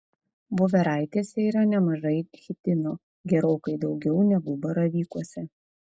voveraitėse yra nemažai chitino gerokai daugiau negu baravykuose